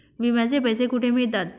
विम्याचे पैसे कुठे मिळतात?